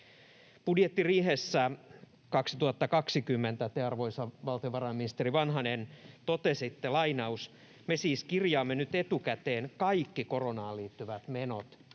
Budjettiriihessä 2020 te, arvoisa valtiovarainministeri Vanhanen, totesitte: ”Me siis kirjaamme nyt etukäteen kaikki koronaan liittyvät menot.”